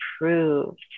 approved